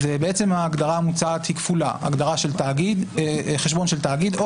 ההגדרה המוצעת היא כפולה: חשבון של תאגיד או